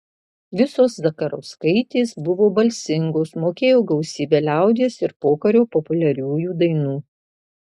visos zakarauskaitės buvo balsingos mokėjo gausybę liaudies ir pokario populiariųjų dainų